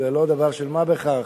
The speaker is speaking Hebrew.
זה לא דבר של מה בכך.